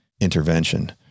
intervention